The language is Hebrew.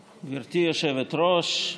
היושבת-ראש,